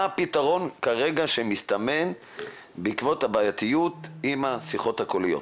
מה הפתרון שמסתמן כרגע בעקבות הבעייתיות עם השיחות הקוליות?